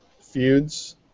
feuds